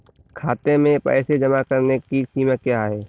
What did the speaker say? खाते में पैसे जमा करने की सीमा क्या है?